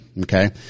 okay